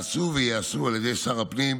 הם נעשו וייעשו על ידי שר הפנים,